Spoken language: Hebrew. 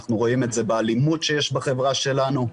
אנחנו רואים את זה באלימות שיש בחברה שלנו.